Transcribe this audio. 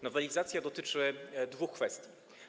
Nowelizacja dotyczy dwóch kwestii.